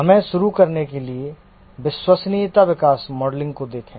हमें शुरू करने के लिए विश्वसनीयता विकास मॉडलिंग को देखें